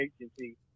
agency